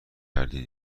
کردی